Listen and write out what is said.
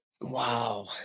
Wow